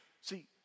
See